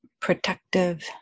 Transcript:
protective